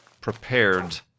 prepared